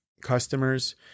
customers